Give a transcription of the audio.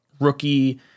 rookie